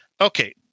okay